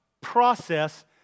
process